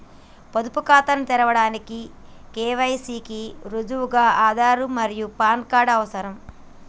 పొదుపు ఖాతాను తెరవడానికి కే.వై.సి కి రుజువుగా ఆధార్ మరియు పాన్ కార్డ్ అవసరం